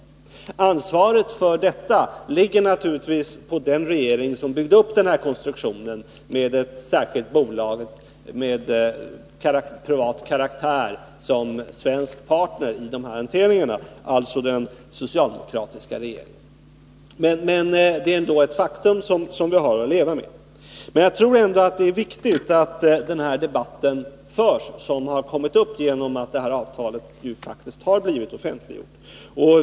Ansvaret för detta ligger naturligtvis på den regering som byggde upp den här konstruktionen med ett särskilt bolag av privat karaktär som svensk partner i dessa hanteringar, alltså på den socialdemokratiska regeringen. Men detta är ändå ett faktum som vi har att leva med. Jag tror dock att det är viktigt att man för den debatt som nu har väckts genom att avtalet faktiskt har blivit offentliggjort.